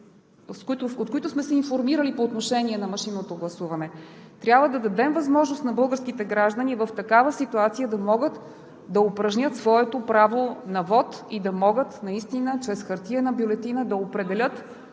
от които сме се информирали по отношение на машинното гласуване, трябва да дадем възможност на българските граждани в такава ситуация да могат да упражнят своето право на вот и да могат наистина чрез хартиена бюлетина да определят